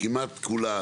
כמעט כולה,